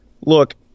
Look